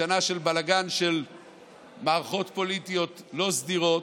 בשנה של בלגן של מערכות פוליטיות לא סדירות,